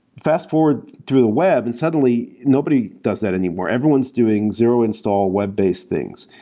fast forward through the web and suddenly, nobody does that anymore. everyone's doing zero-install web-based things.